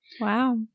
Wow